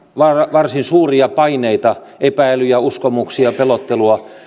varsin suuria paineita epäilyjä uskomuksia pelottelua